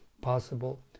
possible